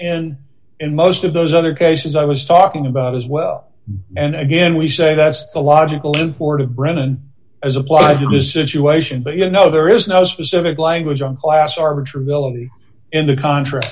in in most of those other cases i was talking about as well and again we say that's the logical import of brennan as applied to this situation but you know there is no specific language on class are rich or ability in the contra